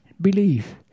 believe